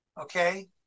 okay